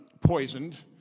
poisoned